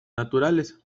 naturales